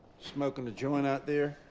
smoking a joint out there?